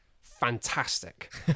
fantastic